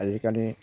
आजिखालि